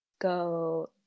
go